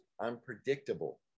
unpredictable